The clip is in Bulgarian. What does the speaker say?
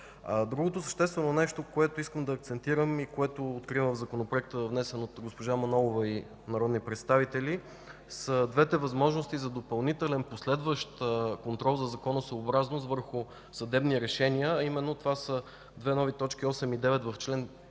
Другото съществено нещо, на което искам да акцентирам и което откривам в Законопроекта, внесен от госпожа Мая Манолова и група народни представители, са двете възможности на допълнителен, последващ контрол за законосъобразност върху съдебни решения, а именно това са две нови точки – т. 8 и т.